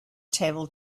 table